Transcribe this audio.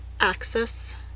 access